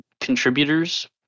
contributors